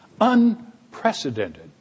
Unprecedented